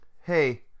hey